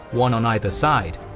one on either side.